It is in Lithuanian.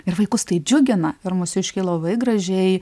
ir vaikus tai džiugina ir mūsiškiai labai gražiai